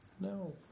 No